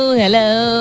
hello